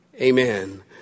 Amen